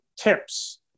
tips